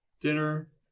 dinner